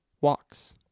Walks